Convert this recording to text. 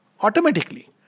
Automatically